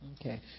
Okay